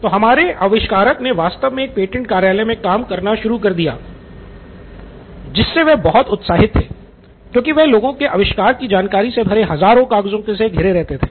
तो हमारे आविष्कारक ने वास्तव में एक पेटेंट कार्यालय में काम करना शुरू कर दिया जिससे वह बहुत उत्साहित थे क्योंकि वह लोगों के आविष्कारों की जानकारी से भरे हजारों कागज़ों से घिरे रहते थे